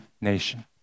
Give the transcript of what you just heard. nation